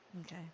Okay